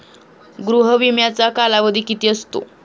गृह विम्याचा कालावधी किती असतो?